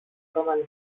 romano